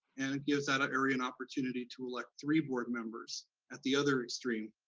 and it gives that area an opportunity to elect three board members at the other extreme,